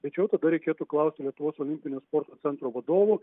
tačiau tada reikėtų klausti lietuvos olimpinio sporto centro vadovų